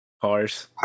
Cars